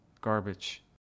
garbage